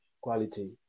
quality